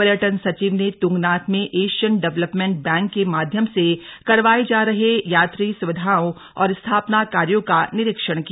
पर्यटन सचिव ने तृंगनाथ में एशियन डेवलपमेंट बैंक के माध्यम से करवाए जा रहे यात्री सुविधाओं और स्थापना कार्यों का निरीक्षण किया